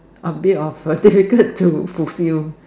a bit of difficult to fulfill